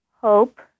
hope